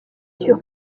sur